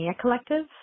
Collective